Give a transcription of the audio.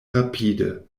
rapide